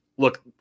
Look